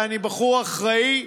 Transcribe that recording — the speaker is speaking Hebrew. ואני בחור אחראי,